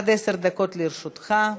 עד עשר דקות לרשותך.